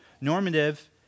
Normative